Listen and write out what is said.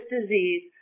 disease